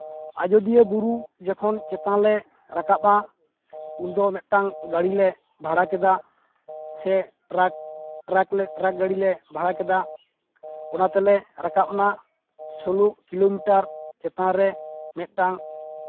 ᱟᱡᱳᱫᱤᱭᱟᱹ ᱵᱩᱨᱩ ᱡᱚᱠᱷᱚᱱ ᱪᱮᱛᱟᱱᱞᱮ ᱨᱟᱠᱟᱵᱟ ᱩᱱᱫᱚ ᱢᱤᱫᱴᱟᱱ ᱜᱟᱹᱰᱤᱞᱮ ᱵᱷᱟᱲᱟ ᱠᱮᱫᱟ ᱴᱨᱟᱠ ᱥᱮ ᱴᱨᱟᱠ ᱜᱟᱹᱰᱤᱞᱮ ᱵᱷᱟᱲᱟ ᱠᱮᱫᱟ ᱚᱱᱟ ᱛᱮᱞᱮ ᱨᱟᱠᱟᱵᱱᱟ ᱥᱳᱞᱞᱳ ᱠᱤᱞᱳᱢᱤᱴᱟᱨ ᱪᱮᱛᱟᱱᱨᱮ ᱢᱤᱫᱴᱟᱱ